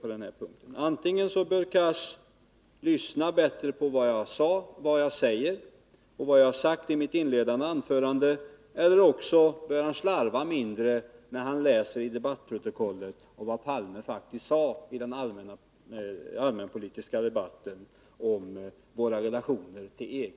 Antingen borde Hadar Cars ha lyssnat bättre på vad jag sade i mitt inledningsanförande eller också borde han ha slarvat mindre när han i debattprotokollet läst vad Olof Palme sade i den allmänpolitiska debatten beträffande våra relationer till EG.